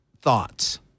thoughts